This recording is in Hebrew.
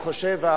אני חושב,